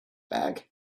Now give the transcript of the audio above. bag